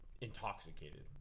intoxicated